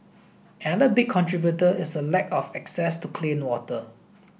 another big contributor is a lack of access to clean water